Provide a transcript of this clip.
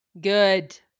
Good